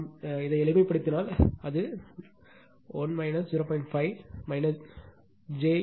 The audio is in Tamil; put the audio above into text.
நாம் எளிமைப்படுத்தினால் அது 1 0